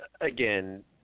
Again